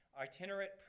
Itinerant